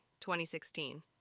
2016